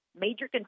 Major